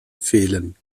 fehlen